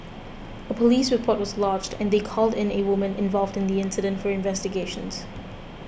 a police report was lodged and they called in a woman involved in the incident for investigations